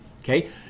Okay